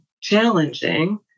challenging